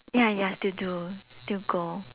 ya ya still do still go